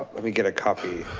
let me get a copy